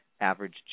Average